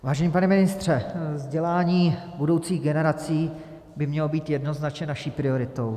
Vážený pane ministře, vzdělání budoucích generací by mělo být jednoznačně naší prioritou.